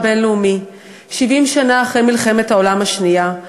הבין-לאומי 70 שנה אחרי מלחמת העולם השנייה,